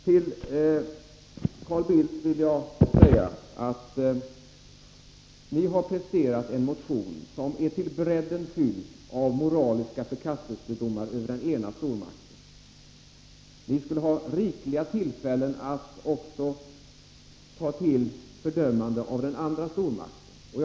Till Carl Bildt vill jag säga att moderaterna har presterat en motion som är till brädden fylld av moraliska förkastelsedomar över den ena stormakten. Ni har haft rikliga tillfällen att också ta till fördömanden av den andra stormakten.